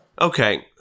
Okay